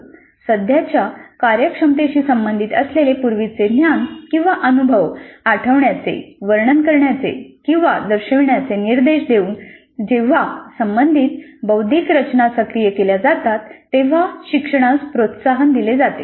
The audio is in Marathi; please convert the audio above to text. " सध्याच्या कार्यक्षमतेशी संबंधित असलेले पूर्वीचे ज्ञान किंवा अनुभव आठवण्याचे वर्णन करण्याचे किंवा दर्शविण्याचे निर्देश देऊन जेव्हा संबंधित बौद्धिक रचना सक्रिय केल्या जातात तेव्हा शिक्षणास प्रोत्साहन दिले जाते